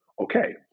okay